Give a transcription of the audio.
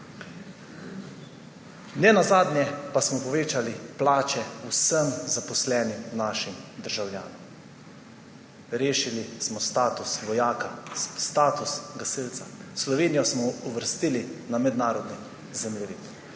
ne nazadnje pa smo povečali plače vsem našim zaposlenim državljanom, rešili smo status vojaka, status gasilca, Slovenijo smo uvrstili na mednarodni zemljevid.